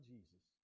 Jesus